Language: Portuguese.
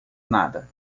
nada